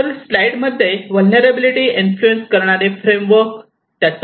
वर स्लाईड मध्ये vulnerability influence करणारे फ्रेमवर्क आहे